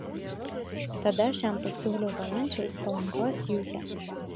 tada aš jam pasiūliau valančiaus palangos juzę